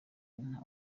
nta